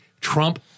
Trump